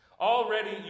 Already